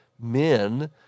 men